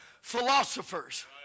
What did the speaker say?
philosophers